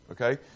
okay